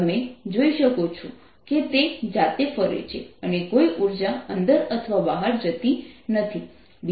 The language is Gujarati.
તમે જોઈ શકો છો કે તે જાતે ફરે છે અને કોઈ ઉર્જા અંદર અથવા બહાર જતી નથી